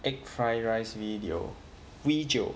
egg fried rice video video